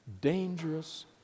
dangerous